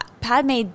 Padme